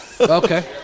Okay